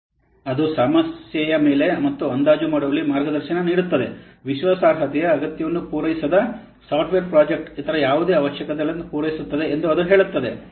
ಅದು ಸಮಸ್ಯೆಯ ಮೇಲೆ ಮತ್ತು ಅಂದಾಜು ಮಾಡುವಲ್ಲಿ ಮಾರ್ಗದರ್ಶನ ನೀಡುತ್ತದೆ ವಿಶ್ವಾಸಾರ್ಹತೆಯ ಅಗತ್ಯವನ್ನು ಪೂರೈಸದ ಸಾಫ್ಟ್ವೇರ್ ಪ್ರಾಜೆಕ್ಟ್ ಇತರ ಯಾವುದೇ ಅವಶ್ಯಕತೆಗಳನ್ನು ಪೂರೈಸುತ್ತದೆ ಎಂದು ಅದು ಹೇಳುತ್ತದೆ